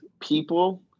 people